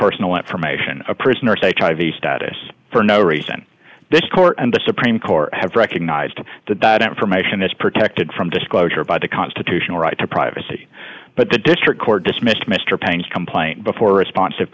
personal information a prisoner say the status for no reason this court and the supreme court have recognized that that information is protected from disclosure by the constitutional right to privacy but the district court dismissed mr paine's complaint before respons